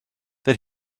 that